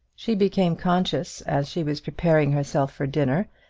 she became conscious, as she was preparing herself for dinner,